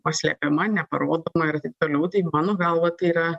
paslepiama neparodoma ir taip toliau tai mano galva tai yra